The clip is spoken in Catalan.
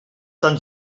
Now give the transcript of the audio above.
tan